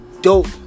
dope